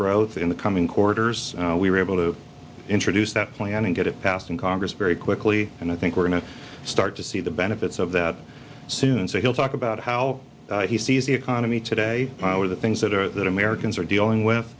growth in the coming quarters we were able to introduce that plan and get it passed in congress very quickly and i think we're going to start to see the benefits of that soon so he'll talk about how he sees the economy today where the things that are that americans are dealing with